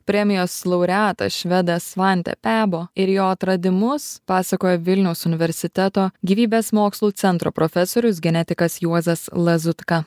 premijos laureatą švedą svantę pebo ir jo atradimus pasakojo vilniaus universiteto gyvybės mokslų centro profesorius genetikas juozas lazutka